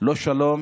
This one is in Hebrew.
לא שלום